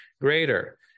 greater